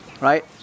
right